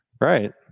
Right